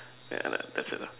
yeah and that's it lah